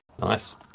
Nice